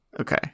Okay